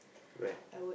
where